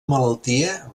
malaltia